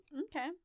Okay